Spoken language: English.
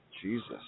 Jesus